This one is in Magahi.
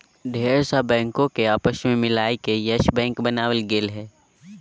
ढेर सा बैंको के आपस मे मिलाय के यस बैक बनावल गेलय हें